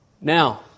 Now